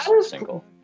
single